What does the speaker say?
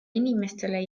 inimestele